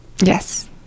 Yes